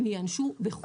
הם ייענשו בחומרה.